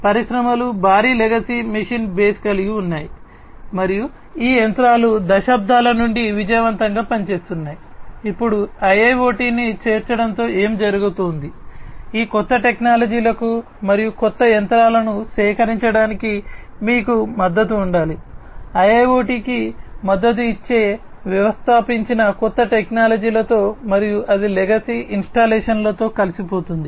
పరిశ్రమలు భారీ legacy machine base కలిగి ఉన్నాయి మరియు ఈ యంత్రాలు దశాబ్దాల నుండి విజయవంతంగా పనిచేస్తున్నాయి ఇప్పుడు IIoT ను చేర్చడంతో ఏమి జరగబోతోంది ఈ కొత్త టెక్నాలజీలకు మరియు కొత్త యంత్రాలను సేకరించడానికి మీకు మద్దతు ఉండాలి IIoT కి మద్దతు ఇచ్చే వ్యవస్థాపించిన కొత్త టెక్నాలజీలతో మరియు అది లెగసీ ఇన్స్టాలేషన్లతో కలిసిపోతుంది